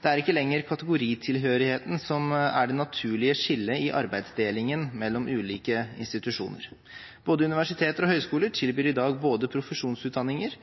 Det er ikke lenger kategoritilhørigheten som er det naturlige skillet i arbeidsdelingen mellom ulike institusjoner. Både universiteter og høyskoler tilbyr i dag både profesjonsutdanninger